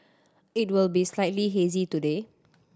it will be slightly hazy today